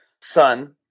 son